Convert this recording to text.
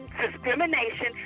discrimination